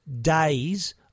days